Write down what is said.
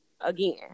Again